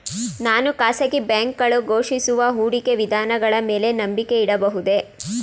ನಾನು ಖಾಸಗಿ ಬ್ಯಾಂಕುಗಳು ಘೋಷಿಸುವ ಹೂಡಿಕೆ ವಿಧಾನಗಳ ಮೇಲೆ ನಂಬಿಕೆ ಇಡಬಹುದೇ?